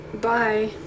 Bye